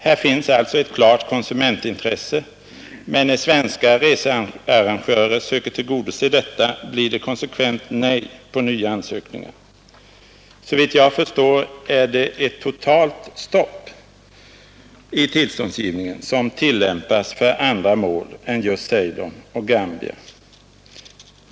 Här finns alltså ett klart konsumentintresse, men när svenska researrangörer försöker tillgodose detta blir det konsekvent avslag på nya ansökningar. Såvitt jag förstår är det ett totalt stopp i tillståndsgivningen för andra mål än just Ceylon och Gambia.